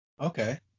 Okay